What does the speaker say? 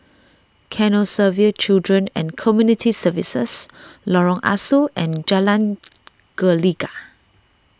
Canossaville Children and Community Services Lorong Ah Soo and Jalan Gelegar